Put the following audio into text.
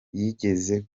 yigeze